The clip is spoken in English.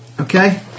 okay